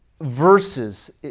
verses